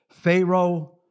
Pharaoh